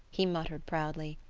he muttered, proudly.